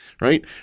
right